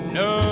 no